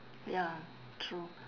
ya true